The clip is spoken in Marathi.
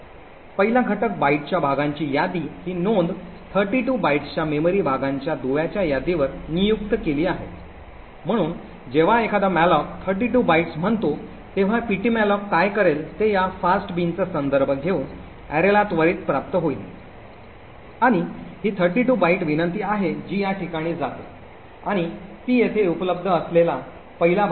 १ ला घटक बाइटच्या भागांची यादी ही नोंद 32 बाइट्सच्या मेमरी भागांच्या दुव्याच्या यादीवर नियुक्त केली जाते म्हणून जेव्हा एखादा मॅलोक 32 बाइट्स म्हणतो तेव्हा पीटी मॅलोक काय करेल ते या फास्ट बिनचा संदर्भ घेऊन अॅरेला त्वरित प्राप्त होईल आणि ही 32 बाइट विनंती आहे जी या ठिकाणी जाते आणि ती येथे उपलब्ध असलेला पहिला भाग उचलेल